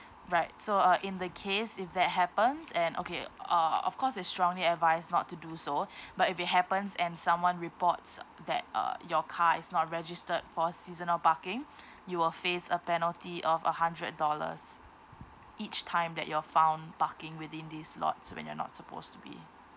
right so uh in the case if that happens and okay uh of course it's strongly advised not to do so but if it happens and someone reports that uh your car is not registered for seasonal parking you will face a penalty of a hundred dollars each time that you're found parking within these lots when you're not supposed to be